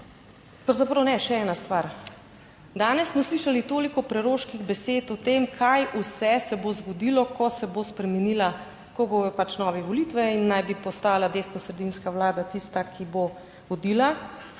Pravzaprav ne, še ena stvar. Danes smo slišali toliko preroških besed o tem, kaj vse se bo zgodilo, ko se bo spremenila, ko bodo pač nove volitve in naj bi postala desnosredinska vlada tista, ki bo vodila,